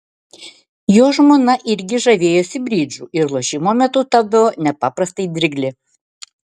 jo žmona irgi žavėjosi bridžu ir lošimo metu tapdavo nepaprastai dirgli